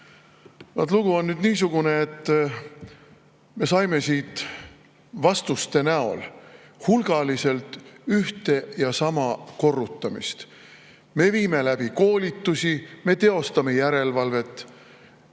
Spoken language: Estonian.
lugu on nüüd niisugune, et me kuulsime siin vastuste näol hulgaliselt ühte ja sama korrutamist: me viime läbi koolitusi, me teostame järelevalvet.